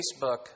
Facebook